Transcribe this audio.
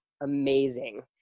amazing